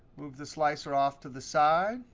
move the slicer off to the side.